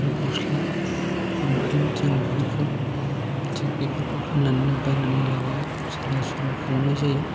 आरो गस्ला लंपेन थिख बेफोरखौ फाननानै बायनानै लाबोयो सोलाय सोल' खालामनाय जायो